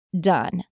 done